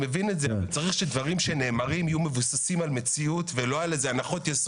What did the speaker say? אבל צריך שדברים שנאמרים יהיו מבוססים על מציאות ולא על איזה הנחות.